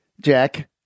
Jack